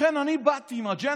לכן, אני באתי עם אג'נדה.